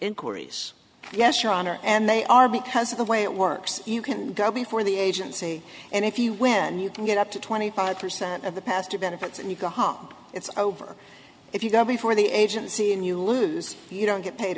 inquiries yes your honor and they are because of the way it works you can go before the agency and if you win you can get up to twenty five percent of the pastor benefits and you go home it's over if you go before the agency and you lose you don't get paid